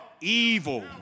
Evil